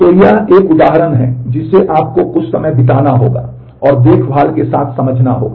तो यह एक उदाहरण है जिसे आपको कुछ समय बिताना होगा और देखभाल के साथ समझना होगा